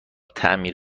تعمیر